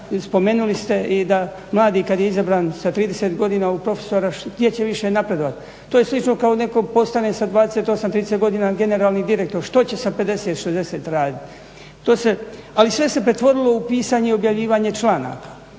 spomenuli ste i da mladi kada je izabran sa 30 godina u profesora gdje će više napredovati. To je slično kao kada netko postane 28, 30 godina generalni direktor, što će sa 50, 60 raditi. ali sve se pretvorili u pisanje i objavljivanje članaka.